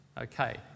Okay